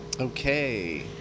Okay